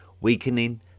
weakening